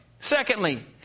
Secondly